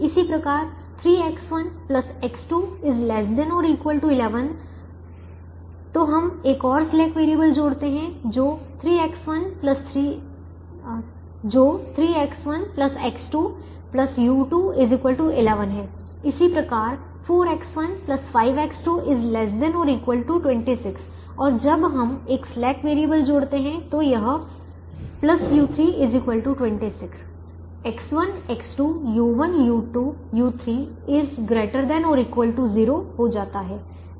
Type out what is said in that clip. इसी प्रकार 3X1 X2 ≤ 11 तो हम एक और स्लैक वैरिएबल जोड़ते हैं जो 3X1 X2 u2 11 है इसी प्रकार 4X1 5X2 ≤ 26 और जब हम एक स्लैक वैरिएबल जोड़ते हैं तो यह u3 26 X1 X2 u1 u2 u3 ≥ 0 हो जाता है